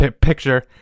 picture